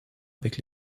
avec